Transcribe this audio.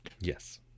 yes